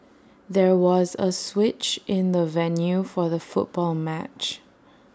there was A switch in the venue for the football match